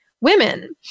women